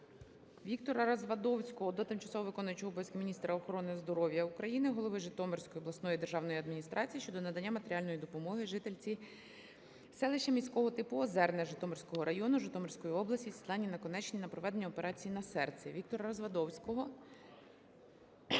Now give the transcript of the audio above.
Віктора Развадовського до тимчасово виконуючої обов'язки міністра охорони здоров'я України, голови Житомирської обласної державної адміністрації щодо надання матеріальної допомоги жительці селища міського типу Озерне Житомирського району, Житомирської області Світлані Наконечній на проведення операції на серці. Віктора Развадовського